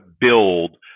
build